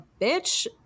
bitch